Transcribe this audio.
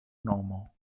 nomo